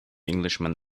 englishman